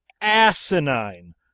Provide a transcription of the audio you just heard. asinine